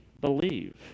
believe